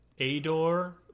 Ador